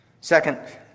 Second